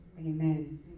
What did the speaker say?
Amen